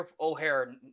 O'Hare